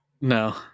No